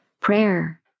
prayer